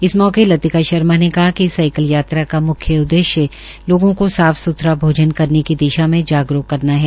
इस मौके लतिका शर्मा ने कहा कि इस साईकल यात्रा का मुख्य उद्देश्य लोगों को साफ सुथरा भोजन करने की दिशा में जागरूक करना है